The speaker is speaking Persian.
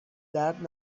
درد